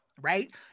right